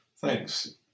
thanks